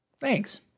Thanks